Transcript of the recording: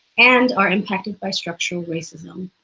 and are impacted by structural racism.